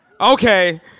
Okay